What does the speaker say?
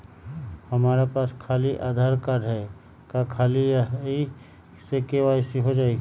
हमरा पास खाली आधार कार्ड है, का ख़ाली यही से के.वाई.सी हो जाइ?